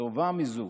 טובה מזו